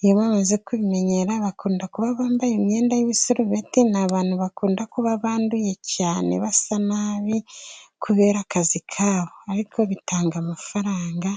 iyo bamaze kwimenyera bakunda kuba bambaye imyenda y'ibiserubeti, ni abantu bakunda kuba banduye cyane basa nabi, kubera akazi kabo ariko bitanga amafaranga